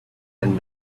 and